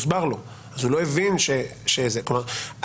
כלומר,